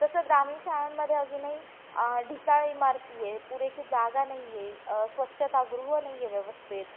तसं ग्रामीण शाळांमध्ये अजूनही ढिसाळ इमारती आहे पुरेशी जागा नाही आहे स्वच्छतागृह नाही आहे व्यवस्थेत